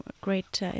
great